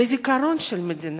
זה הזיכרון של המדינה.